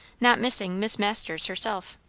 not missing miss masters herself.